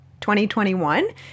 2021